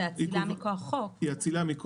היא אצילה מכוח חוק,